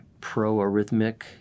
pro-arrhythmic